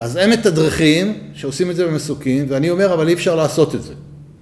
אז הם את הדרכים שעושים את זה במסוקים ואני אומר אבל אי אפשר לעשות את זה